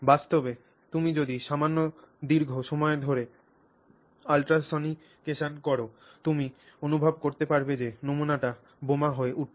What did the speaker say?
বাস্তবে তুমি যদি সামান্য দীর্ঘ সময় ধরে আল্ট্রাসোনিকেশন কর তবে তুমি অনুভব করতে পারবে যে নমুনাটি বোমা হয়ে উঠছে